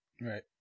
right